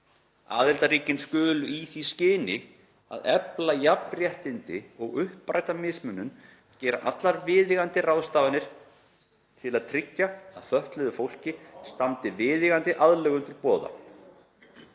Aðildarríkin skulu, í því skyni að efla jafnrétti og uppræta mismunun, gera allar viðeigandi ráðstafanir til að tryggja að fötluðu fólki standi viðeigandi aðlögun til boða.